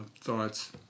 thoughts